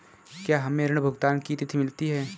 क्या हमें ऋण भुगतान की तिथि मिलती है?